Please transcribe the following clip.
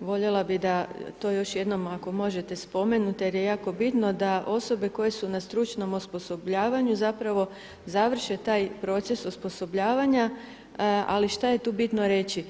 voljela bi da to još jednom ako možete spomenute jer je to jako bitno da osobe koje su na stručnom osposobljavanju završe taj proces osposobljavanja, ali šta je tu bitno reći.